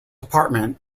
apartment